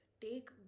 take